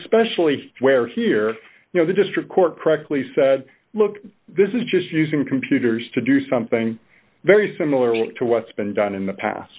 especially where here you know the district court practically said look this is just using computers to do something very similar to what's been done in the past